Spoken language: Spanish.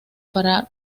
para